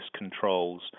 controls